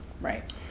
right